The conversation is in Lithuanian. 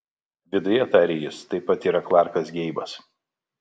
viduje tarė jis taip pat yra klarkas geibas